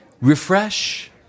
refresh